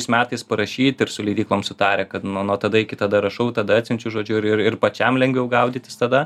šiais metais parašyt ir su leidyklom sutarę kad nuo nuo tada iki tada rašau tada atsiunčiau žodžiu ir ir ir pačiam lengviau gaudytis tada